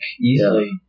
easily